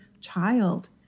child